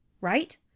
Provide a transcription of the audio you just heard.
Right